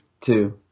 two